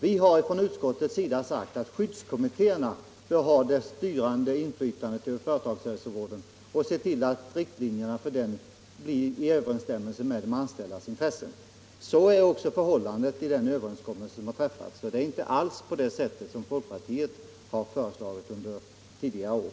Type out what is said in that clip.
Vi har från utskottet sagt att skyddskommittéerna bör ha det styrande inflytandet över företagshälsovården och se till att riktlinjerna för denna står i överensstämmelse med de anställdas intressen. Så har också blivit förhållandet t den träffade överenskommelsen. Denna överensstämmer således inte alls med det som folkpartiet har föreslagit under tidigare år.